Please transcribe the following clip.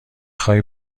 خوای